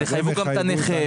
אז יחייבו גם את הנכה.